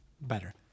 better